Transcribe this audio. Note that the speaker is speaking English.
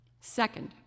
Second